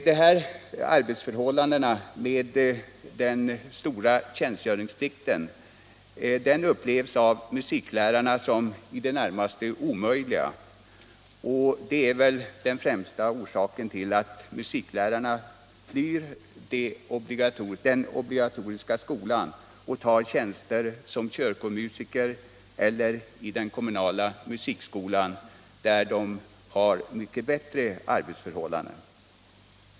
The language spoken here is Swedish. Dessa arbetsförhållanden med den omfattande tjänstgöringsplikten upplevs av musiklärarna som i det närmaste omöjliga, och det är väl den främsta orsaken till att musiklärarna flyr den obligatoriska skolan och tar tjänster som kyrkomusiker eller i den kommunala musikskolan, där de får bättre arbetsförhållanden.